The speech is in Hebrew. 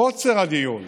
קוצר הדיון,